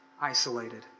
isolated